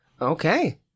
Okay